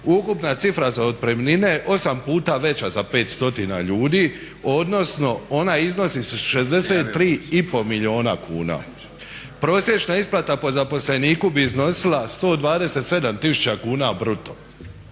ukupna cifra za otpremnine osam puta veća za 500 ljudi, odnosno ona iznosi 63,5 milijuna kuna. Prosječna isplata po zaposleniku bi iznosila 127 000 kuna bruto.